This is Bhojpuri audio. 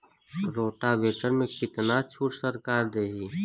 रोटावेटर में कितना छूट सरकार देही?